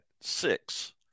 six